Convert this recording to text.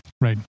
Right